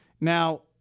Now